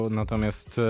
natomiast